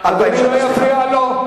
אדוני לא יפריע לו.